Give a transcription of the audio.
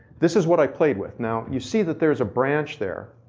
this is what i played with. now, you see that there is a branch there.